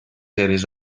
seves